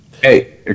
Hey